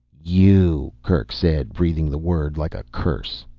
you! kerk said, breathing the word like a curse.